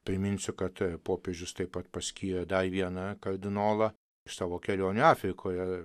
priminsiu kad popiežius taip pat paskyrė dar vieną kardinolą savo kelionę afrikoje